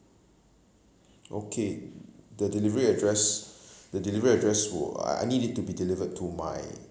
okay the delivery address the delivery address uh I need it to be delivered to my